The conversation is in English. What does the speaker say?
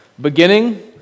beginning